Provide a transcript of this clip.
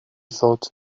thought